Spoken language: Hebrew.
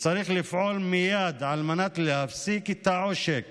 וצריך לפעול מייד על מנת להפסיק את העושק